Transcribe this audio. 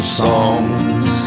songs